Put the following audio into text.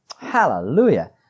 hallelujah